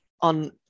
on